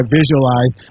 visualize